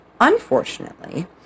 Unfortunately